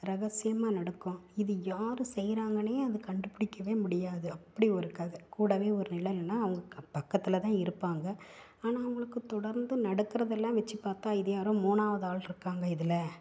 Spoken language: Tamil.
ரகசியமாக நடக்கும் இது யார் செய்கிறாங்கனே அது கண்டுபிடிக்கவே முடியாது அப்படி ஒரு கதை கூடவே ஒரு நிழல்னா அவங்களுக்கு பக்கத்தில்தான் இருப்பாங்க ஆனால் அவங்களுக்கு தொடர்ந்து நடக்கிறதெல்லாம் வச்சி பார்த்தா இது யாரோ மூணாவது ஆள்ருக்காங்க இதில்